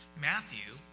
Matthew